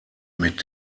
mit